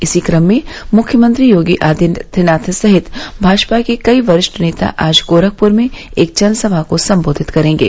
इसी क्रम में मुख्यमंत्री योगी आदित्यनाथ सहित भाजपा के कई वरिष्ठ नेता आज गोरखपुर में एक जनसभा को सम्बोधित करेंगे